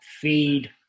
feed